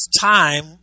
time